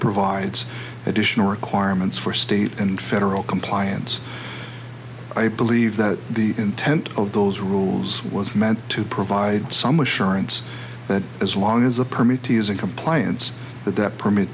provides additional requirements for state and federal compliance i believe that the intent of those rules was meant to provide some assurance that as long as a permit is in compliance that that permit